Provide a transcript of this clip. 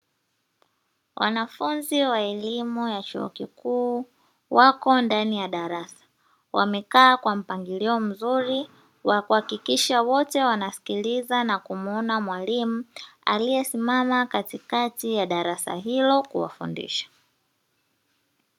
Wanafunzi wa elimu ya chuo kikuu wako ndani ya darasa, wamekaa kwa mpangilio mzuri wa kuakikisha wote wanasikiliza na kumuona mwalimu aliyesimama katikati ya darasa hilo kuwafundisha.